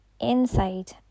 inside